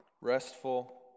restful